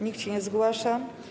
Nikt się nie zgłasza.